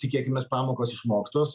tikėkimės pamokos išmoktos